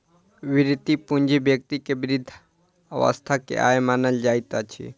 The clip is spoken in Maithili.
वृति पूंजी व्यक्ति के वृद्ध अवस्था के आय मानल जाइत अछि